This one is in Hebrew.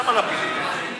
למה להפיל את זה?